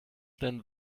then